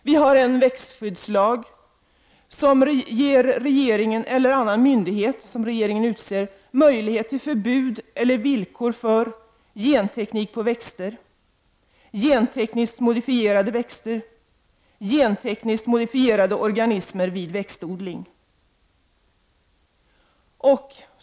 ; Vi har en växtskyddslag, som ger regeringen eller myndighet som regeringen utser möjlighet att förbjuda eller ställa villkor för genteknik på växter, gentekniskt modifierade växter och gentekniskt modifierade organismer vid växtodling.